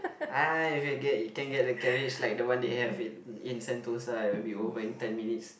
ah if you get you can get the carriage like the one they have in in Sentosa it will be over in ten minutes